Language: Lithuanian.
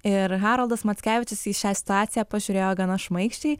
ir haroldas mackevičius į šią situaciją pažiūrėjo gana šmaikščiai